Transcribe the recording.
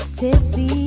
tipsy